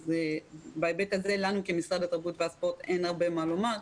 אז בהיבט הזה למשרד התרבות והספורט אין הרבה מה לומר.